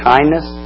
Kindness